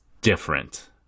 different